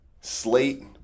slate